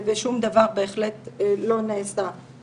ושום דבר בהחלט לא נעשה במחשכים.